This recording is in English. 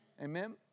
Amen